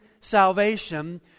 salvation